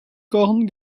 korn